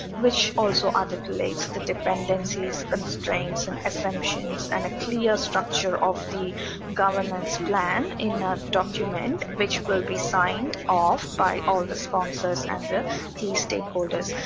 which also articulates the dependencies, constraints, and assumptions and a clear structure of the governance plan in ah document which will be signed off by all the sponsors and the key stakeholders.